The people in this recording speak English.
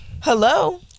Hello